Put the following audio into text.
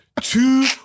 Two